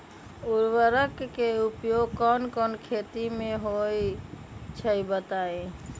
उर्वरक के उपयोग कौन कौन खेती मे होई छई बताई?